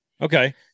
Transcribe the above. okay